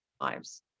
lives